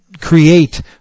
create